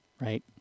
right